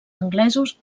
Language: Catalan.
anglesos